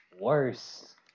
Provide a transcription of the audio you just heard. Worse